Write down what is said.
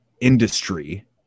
industry